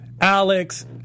Alex